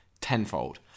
tenfold